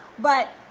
but